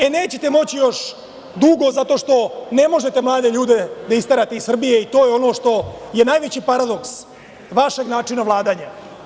E, nećete moći još dugo, zato što ne možete mlade ljude da isterate iz Srbije i to je ono što je najveći paradoks vašeg načina vladanja.